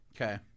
Okay